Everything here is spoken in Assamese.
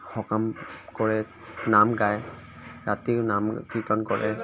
সকাম কৰে নাম গায় ৰাতিও নাম কীৰ্তন কৰে